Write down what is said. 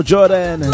Jordan